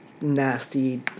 nasty